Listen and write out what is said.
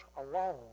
alone